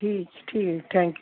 ਠੀਕ ਠੀਕ thank you